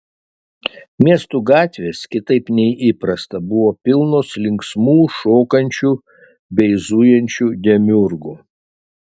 miestų gatvės kitaip nei įprasta buvo pilnos linksmų šokančių bei zujančių demiurgų